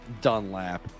Dunlap